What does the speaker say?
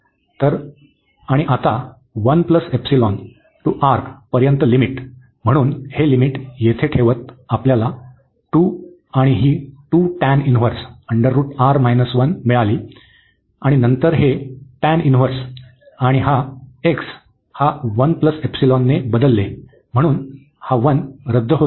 तर आणि आता to पर्यंत लिमिट म्हणून हे लिमिट येथे ठेवत आपल्यास 2 आणि ही मिळाली आणि नंतर हे tan इन्व्हर्स आणि हा x हा ने बदलले म्हणून 1 रद्द होतो